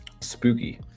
Spooky